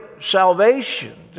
salvation